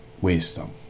wisdom